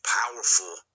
powerful